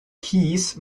keys